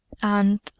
and